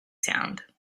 sound